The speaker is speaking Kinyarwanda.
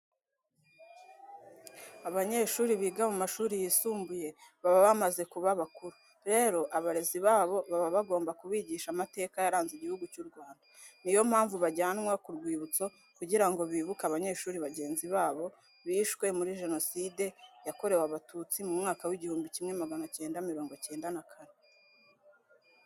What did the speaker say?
Abanyeshuri biga mu mashuri yisumbuye baba bamaze kuba bakuru. Rero abarezi babo baba bagomba kubigisha amateka yaranze Igihugu cy'u Rwanda. Niyo mpamvu bajyanwa ku rwibutso kugira ngo bibuke abanyeshuri bagenzi babo bishwe muri Jenoside yakorewe Abatutsi mu mwaka w'igihumbi kimwe magana cyenda mirongo cyenda na kane.